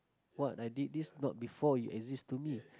what I did this not before you existed